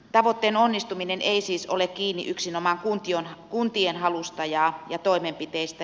tavoitteen onnistuminen ei siis ole kiinni yksinomaan kuntien halusta ja toimenpiteistä